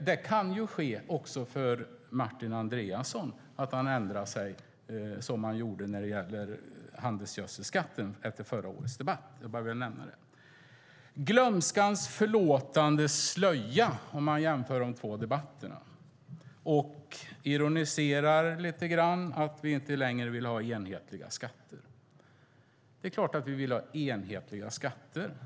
Det kan därför hända att även Martin Andreasson ändrar sig som man gjorde när det gäller handelsgödselskatten efter förra årets debatt. Jag vill bara nämna det. Martin Andreasson talade om glömskans förlåtande slöja när man jämför de två debatter som vi har haft här i dag. Han ironiserar lite grann och säger att vi inte längre vill ha enhetliga skatter. Det är klart att vi vill ha enhetliga skatter.